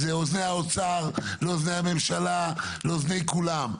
זה אוזני האוצר, לאוזני הממשלה, לאוזני כולם.